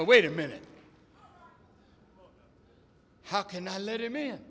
oh wait a minute how can i let him in